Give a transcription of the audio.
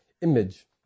image